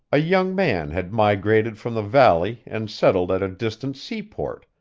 a young man had migrated from the valley and settled at a distant seaport,